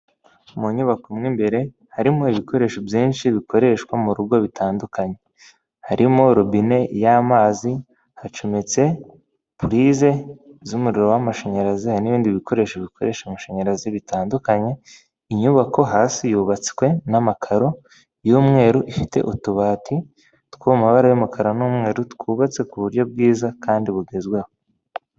Mu nyubako mwimbere harimo ibikoresho byinshi bikoreshwa murugo bitandukanye harimo robine y'amazi hacometse pulise z'umuriro w'amashanyarazi n'ibindi bikoresho bikoresha amashanyarazi bitandukanye inyubako hasi yubatswe n'amakaro y'umweru ifite utubati two mu mabara y'umukara n'umweru twubatse ku buryo bwiza kandi bugezweho .